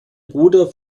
bruder